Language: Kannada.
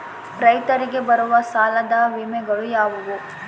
ರೈತರಿಗೆ ಬರುವ ಸಾಲದ ವಿಮೆಗಳು ಯಾವುವು?